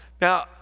Now